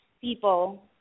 people